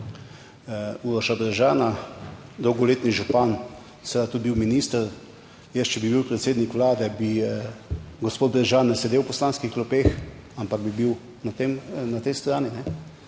Uroša Brežana, dolgoletni župan, seveda tudi bil minister. Jaz, če bi bil predsednik Vlade, bi gospod Bržan sedel v poslanskih klopeh, ampak bi bil na tem, na